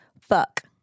Fuck